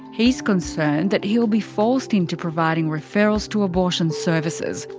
he's concerned that he'll be forced into providing referrals to abortion services.